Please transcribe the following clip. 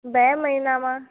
બે મહિનામાં